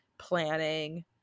planning